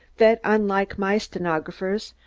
that unlike my stenographers,